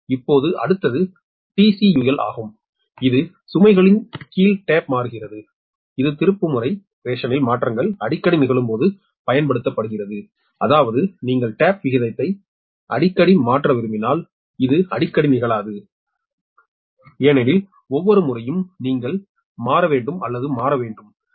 இப்போது அடுத்தது TCUL ஆகும் இது சுமைகளின் கீழ் டேப் மாறுகிறது இது திருப்புமுனை ரேஷனில் மாற்றங்கள் அடிக்கடி நிகழும்போது பயன்படுத்தப்படுகிறது அதாவது நீங்கள் டேப் விகிதத்தை அடிக்கடி மாற்ற விரும்பினால் இது அடிக்கடி நிகழாது ஏனெனில் ஒவ்வொரு முறையும் நீங்கள் மாற வேண்டும் அல்லது மாற வேண்டும் ஆஃப்